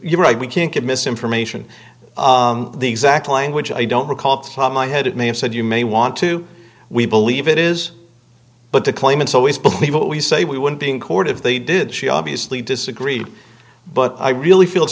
your right we can't give misinformation the exact language i don't recall my head it may have said you may want to we believe it is but the claimants always believe what we say we would be in court if they did she obviously disagreed but i really feel i